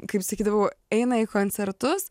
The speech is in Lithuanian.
kaip sakydavau eina į koncertus